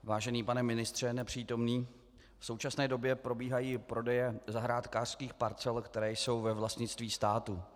Vážený pane ministře nepřítomný, v současné době probíhají prodeje zahrádkářských parcel, které jsou ve vlastnictví státu.